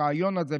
בריאיון הזה,